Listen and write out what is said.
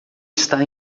está